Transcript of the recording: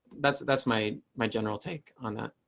that's that's my my general take on that.